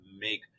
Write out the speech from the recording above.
make